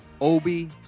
Obi